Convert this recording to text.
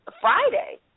Friday